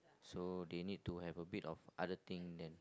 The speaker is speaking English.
so they need to have a bit of other thing then